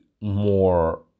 more